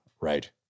right